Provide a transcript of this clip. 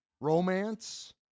Romance